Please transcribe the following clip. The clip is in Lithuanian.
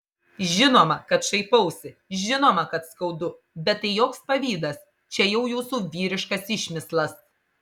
žinoma kad šaipausi žinoma kad skaudu bet tai joks pavydas čia jau jūsų vyriškas išmislas